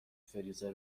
فریزر